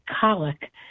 colic